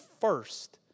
first